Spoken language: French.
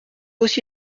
aussi